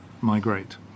migrate